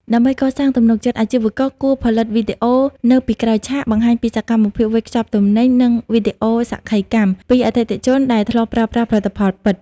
ដើម្បីកសាងទំនុកចិត្ត អាជីវករគួរផលិត វីដេអូនៅពីក្រោយឆាក បង្ហាញពីសកម្មភាពវេចខ្ចប់ទំនិញ និង វីដេអូសក្ខីកម្ម ពីអតិថិជនដែលធ្លាប់ប្រើប្រាស់ផលិតផលពិត។